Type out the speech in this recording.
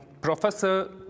Professor